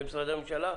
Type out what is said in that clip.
במשרדי הממשלה,